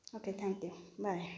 okay thank you bye